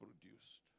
produced